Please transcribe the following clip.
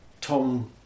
Tom